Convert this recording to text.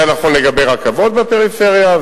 זה היה נכון לגבי רכבות בפריפריה,